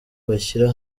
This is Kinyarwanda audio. bashyira